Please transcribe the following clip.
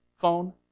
phone